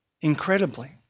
incredibly